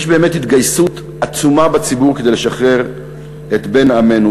יש באמת התגייסות עצומה בציבור כדי לשחרר את בן עמנו.